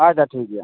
ᱟᱪᱪᱷᱟ ᱴᱷᱤᱠᱜᱮᱭᱟ